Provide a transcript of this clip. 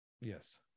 Yes